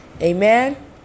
Amen